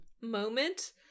moment